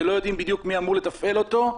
שלא יודעים בדיוק מי אמור לתפעל אותו,